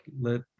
Let